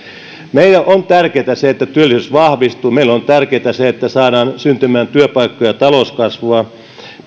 meille on tärkeätä se että työllisyys vahvistuu meille on tärkeätä se että saadaan syntymään työpaikkoja talouskasvua